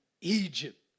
egypt